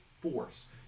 force